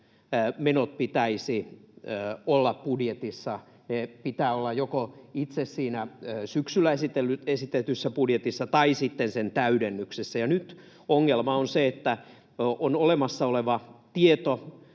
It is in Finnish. menojen pitäisi olla budjetissa — pitää olla joko itse siinä syksyllä esitetyssä budjetissa tai sitten sen täydennyksessä. Ja nyt ongelma on se, että on olemassa oleva tieto